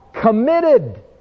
committed